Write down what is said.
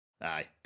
Aye